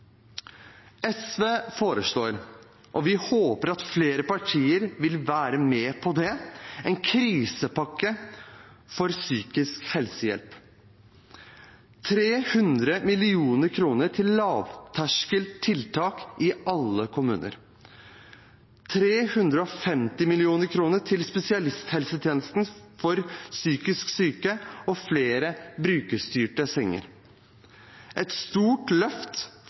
SV foreslår, og vi håper flere partier vil bli med på det, en krisepakke for psykisk helsehjelp: 300 mill. kr til lavterskeltiltak i alle kommuner 350 mill. kr til spesialisthelsetjenesten for psykisk syke og flere brukerstyrte senger et stort løft